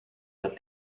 that